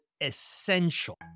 essential